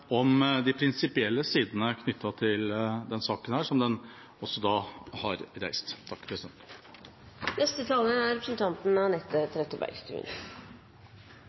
om de prinsipielle sidene knyttet til denne saken, som den også har reist.